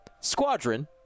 Squadron